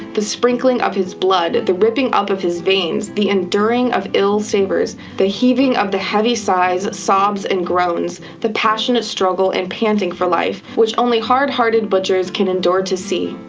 the sprinkling of his blood, the ripping up of his veins, the enduring of ill savours, the heaving of heavy sighs, sobs, and groans, the passionate struggling and panting for life, which only hard-hearted butchers can endure to see?